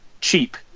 cheap